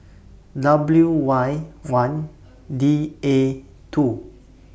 W Y one D A two